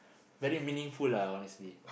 very meaningful ah honestly